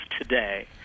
today